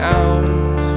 out